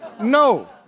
No